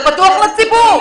זה פתוח לציבור.